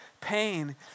pain